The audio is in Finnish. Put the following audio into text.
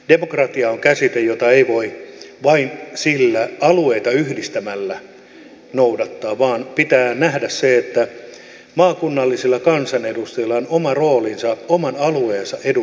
demokratia on käsite jota ei voi vain sillä alueita yhdistämällä noudattaa vaan pitää nähdä se että maakunnallisilla kansanedustajilla on oma roolinsa oman alueensa edunvalvonnassa